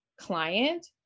client